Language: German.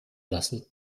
lassen